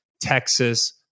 Texas